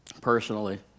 personally